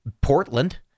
portland